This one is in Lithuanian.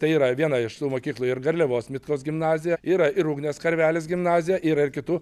tai yra viena iš tų mokykla ir garliavos mitkos gimnazija yra ir ugnės karvelis gimnazija ir kitų